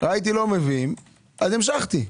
ראיתי שלא מביאים אז המשכתי.